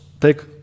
Take